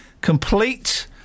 complete